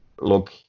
look